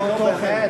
חינוך זה כמו